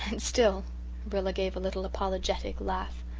and still rilla gave a little apologetic laugh,